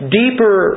deeper